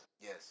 Yes